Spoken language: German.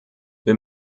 wir